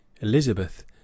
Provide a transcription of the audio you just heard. Elizabeth